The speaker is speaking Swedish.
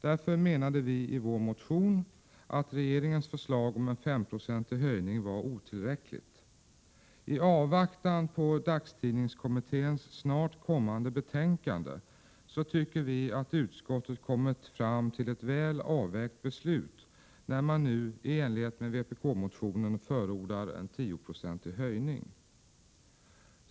Därför menade vi i vår motion att regeringens förslag om en 5-procentig höjning var otillräckligt. I avvaktan på dagstidningskommitténs snart kommande betänkande tycker vi att utskottet kommit till ett väl avvägt beslut, när man i enlighet med vpk-motionen förordar en 10-procentig höjning.